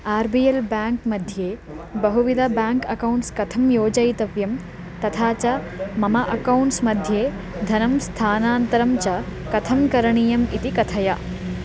R B L bank मध्ये बहुविधं bank accounts कथं योजयितव्यं तथा च मम अकौण्ट्स् मध्ये धनं स्थानान्तरं च कथं करणीयम् इति कथय